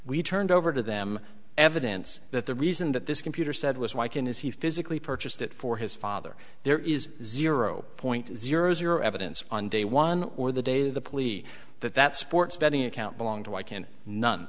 we turned over to them evidence that the reason that this computer said was why i can is he physically purchased it for his father there is zero point zero zero evidence on day one or the day the police that that sports betting account belong to i can none